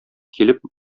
килеп